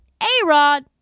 A-Rod